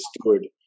steward